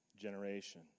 generation